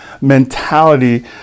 mentality